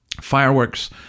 fireworks